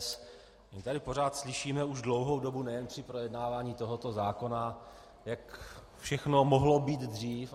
My tady pořád slyšíme už dlouhou dobu, nejen při projednávání tohoto zákona, jak všechno mohlo být dřív.